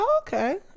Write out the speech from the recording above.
Okay